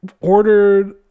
ordered